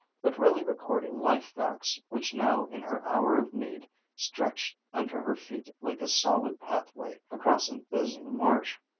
but really recording life-facts which now in her hour of need stretched under her feet like a solid pathway across an oozing marsh.